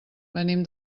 venim